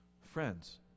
friends